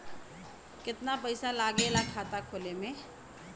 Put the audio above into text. कितना पैसा लागेला खाता खोले में?